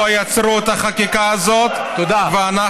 לא יעצרו את החקיקה הזאת, תודה.